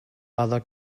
other